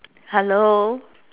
hello